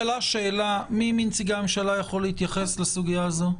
שאלה, מי מנציגי הממשלה יכול להתייחס לסוגיה הזאת?